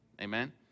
Amen